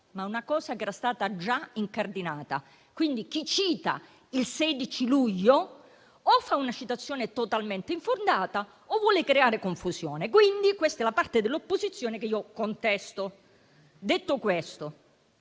è una cosa che era stata già incardinata. Quindi, chi cita il 16 luglio o fa una citazione totalmente infondata, o vuole creare confusione. Ed è questa la parte dell'opposizione che io contesto. Detto questo,